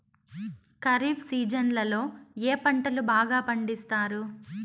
ఖరీఫ్ సీజన్లలో ఏ పంటలు బాగా పండిస్తారు